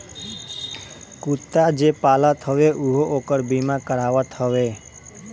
कुत्ता जे पालत हवे उहो ओकर बीमा करावत हवे